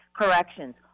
corrections